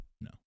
No